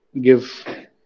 give